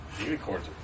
Unicorns